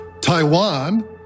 Taiwan